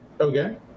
Okay